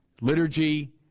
liturgy